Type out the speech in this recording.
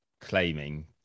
claiming